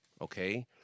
Okay